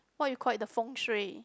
what you call it the Feng-Shui